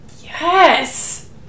Yes